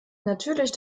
natürlich